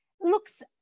looks